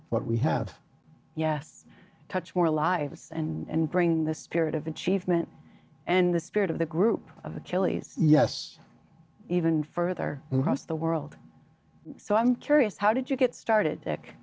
what we have yes touch more lives and bring the spirit of achievement and the spirit of the group of the chillies yes even further was the world so i'm curious how did you get started t